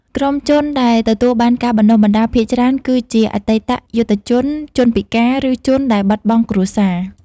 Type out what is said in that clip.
ក្រុមជនដែលទទួលបានការបណ្តុះបណ្តាលភាគច្រើនគឺជាអតីតយុទ្ធជន ជនពិការ ឬជនដែលបាត់បង់គ្រួសារ។